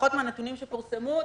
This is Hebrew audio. לפחות מהנתונים שפורסמו,